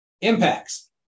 Impacts